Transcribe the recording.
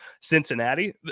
Cincinnati